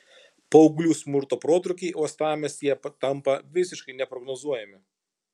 paauglių smurto protrūkiai uostamiestyje tampa visiškai nebeprognozuojami